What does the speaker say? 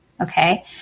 Okay